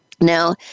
now